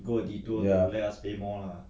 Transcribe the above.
ya